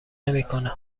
نمیکنه